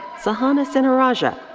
sahana sinnarajah.